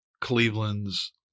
Cleveland's